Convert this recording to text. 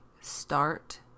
start